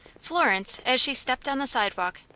florence, as she stepped on the sidewalk,